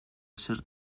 ser